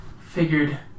Figured